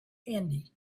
handy